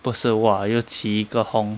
不是 !wah! 又起一个轰